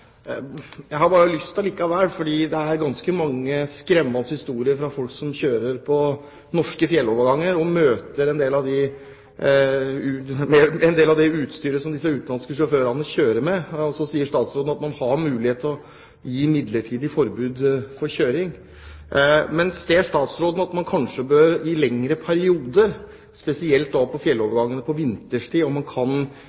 Det er ganske mange skremmende historier fra folk som kjører over norske fjelloverganger og møter utenlandske sjåfører med dårlig utstyrte kjøretøy. Statsråden sier at man har mulighet til å gi midlertidig forbud mot kjøring. Ser statsråden at man kanskje i lengre perioder, spesielt da på